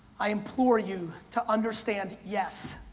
i implore you to understand, yes,